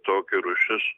tokia rūšis